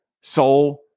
soul